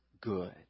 good